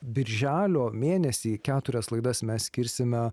birželio mėnesį keturias laidas mes skirsime